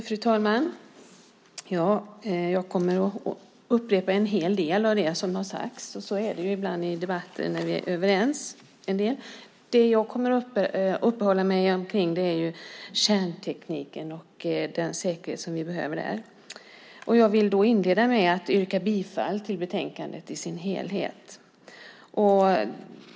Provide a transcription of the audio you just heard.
Fru talman! Jag kommer att upprepa en hel del av det som har sagts. Så är det ju ibland i debatten när en del av oss är överens. Jag kommer att uppehålla mig vid kärntekniken och den säkerhet som vi behöver där. Jag vill inleda med att yrka bifall till förslaget i betänkandet.